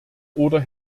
oder